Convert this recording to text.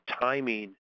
timing